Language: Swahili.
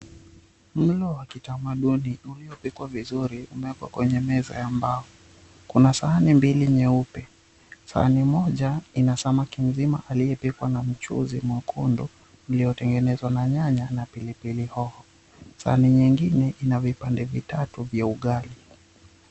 Mlo wa kitamaduni kimepikwa vizuri na kuwekwa kwenye meza ya mbao kuna sahani mbili nyeupe, sahani moja ina samaki mzima aliyepikwa na mchuzi uliotengenezwa na nyanya na pilipili hoho sahani nyingine ina vipande vitatu vya ugali.